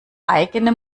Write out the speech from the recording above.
eigene